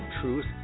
Truth